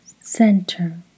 Center